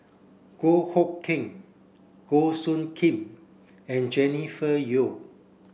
Goh Hood Keng Goh Soo Khim and Jennifer Yeo